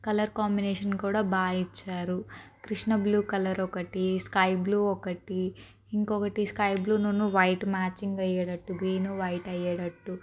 colour combination కూడా బా ఇచ్చారు కృష్ణ బ్లూ కలర్ ఒకటి స్కై బ్లూ ఒకటి ఇంకొకటి స్కై బ్లూలోను వైట్ మ్యాచింగ్ అయ్యేటట్టు గ్రీన్ వైట్ అయ్యేటట్టు